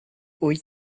wyt